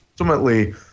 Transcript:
ultimately